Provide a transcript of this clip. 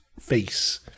face